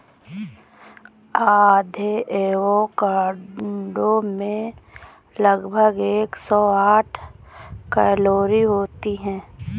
आधे एवोकाडो में लगभग एक सौ साठ कैलोरी होती है